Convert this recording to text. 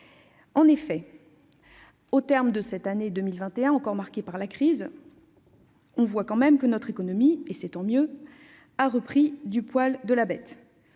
En effet, au terme de cette année 2021, encore marquée par la crise, on constate que notre économie, et c'est tant mieux, a repris du poil de la bête.